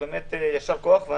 באמת יישר כוח.